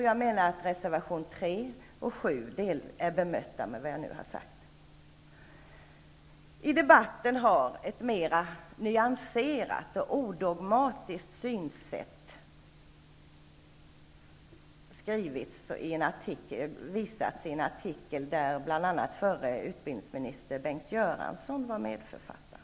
Jag menar att reservationerna 3 och 7 är bemötta med vad jag nu har sagt. I debatten har ett mer nyanserat och odogmatiskt synsätt redovisats i en artikel, med bl.a. förre utbildningsminister Bengt Göransson som medförfattare.